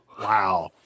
Wow